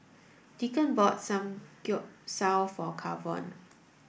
Deacon bought Samgeyopsal for Kavon